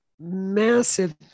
massive